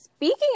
speaking